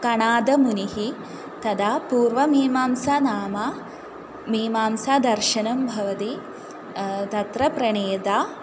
कणादमुनिः तथा पूर्वमीमांसा नाम मीमांसादर्शनं भवति तत्र प्रणेता